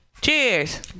Cheers